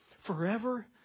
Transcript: Forever